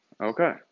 okay